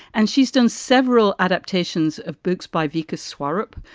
and she's done several adaptations of books by vikas swarup,